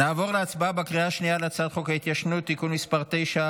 נעבור להצבעה בקריאה השנייה על הצעת חוק ההתיישנות (תיקון מס’ 8,